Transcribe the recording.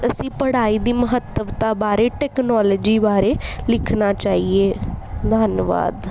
ਅਸੀਂ ਪੜ੍ਹਾਈ ਦੀ ਮਹੱਤਤਾ ਬਾਰੇ ਟੈਕਨੋਲੋਜੀ ਬਾਰੇ ਲਿਖਣਾ ਚਾਹੀਏ ਧੰਨਵਾਦ